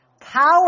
power